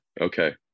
Okay